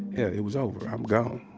it was over. um done.